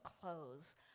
clothes